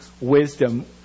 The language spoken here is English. wisdom